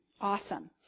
Awesome